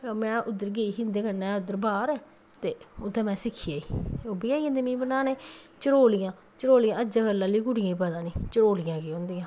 में उद्धर गेई ही इं'दे कन्नै बाह्र उत्थै में सिक्खी आई ही ओह् बी मिगी आई जंदी बनानै चरोलियां चरोलियां अज्जै कल्लै आह्लियां कुड़ियें पता निं चरोलियां केह् होंदियां